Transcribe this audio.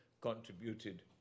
contributed